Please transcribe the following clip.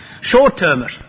short-termers